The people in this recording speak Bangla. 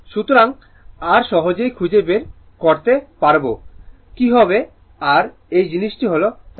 সুতরাং r সহজেই খুঁজে বের করতে পারব কি হবে কি হবে r এই জিনিসটি হল পাওয়ার